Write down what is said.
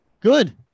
Good